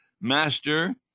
Master